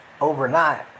overnight